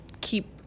keep